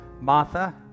Martha